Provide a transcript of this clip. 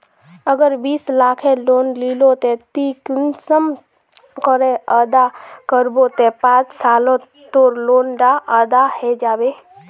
अगर बीस लाखेर लोन लिलो ते ती कुंसम करे अदा करबो ते पाँच सालोत तोर लोन डा अदा है जाबे?